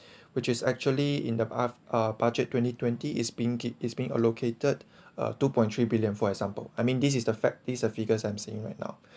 which is actually in the art uh budget twenty twenty is being ki~ is being allocated a two point three billion for example I mean this is the factories the figures I'm seeing right now